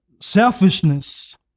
selfishness